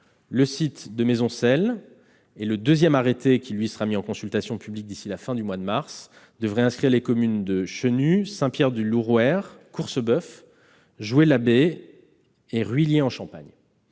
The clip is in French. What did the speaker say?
le site de Maisoncelles, et un deuxième arrêté, qui, lui, sera mis en consultation publique d'ici à la fin du mois de mars, devrait inscrire les communes de Chenu, Saint-Pierre-du-Lorouër, Courceboeufs, Joué-l'Abbé et Ruillé-en-Champagne.